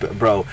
bro